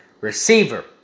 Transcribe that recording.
Receiver